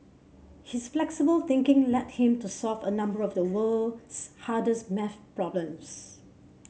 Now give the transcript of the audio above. his flexible thinking led him to solve a number of the world's hardest maths problems